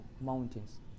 mountains